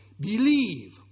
Believe